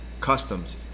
customs